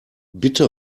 bitte